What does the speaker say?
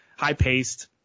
high-paced